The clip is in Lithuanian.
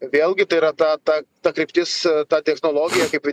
vėlgi tai yra ta ta ta kryptis ta technologija kaip